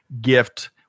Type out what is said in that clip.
gift